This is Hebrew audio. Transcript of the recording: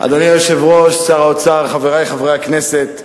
אדוני היושב-ראש, שר האוצר, חברי חברי הכנסת,